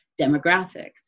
demographics